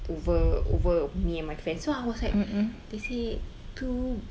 over over me and my friend so I was like they said itu